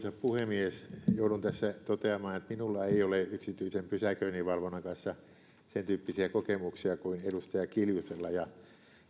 puhemies joudun tässä toteamaan että minulla ei ole yksityisen pysäköinninvalvonnan kanssa sen tyyppisiä kokemuksia kuin edustaja kiljusella ja